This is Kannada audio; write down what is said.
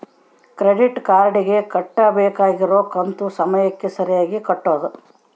ಕ್ರೆಡಿಟ್ ಕಾರ್ಡ್ ಗೆ ಕಟ್ಬಕಾಗಿರೋ ಕಂತು ಸಮಯಕ್ಕ ಸರೀಗೆ ಕಟೋದು